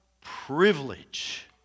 privilege